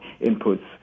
inputs